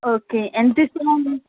okay ఎంత ఇస్తున్నారు